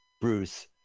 Bruce